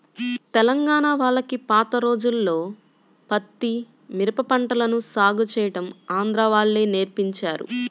తెలంగాణా వాళ్లకి పాత రోజుల్లో పత్తి, మిరప పంటలను సాగు చేయడం ఆంధ్రా వాళ్ళే నేర్పించారు